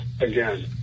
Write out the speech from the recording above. again